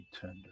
tender